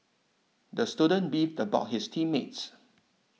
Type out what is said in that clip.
the student beefed about his team mates